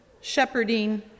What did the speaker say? shepherding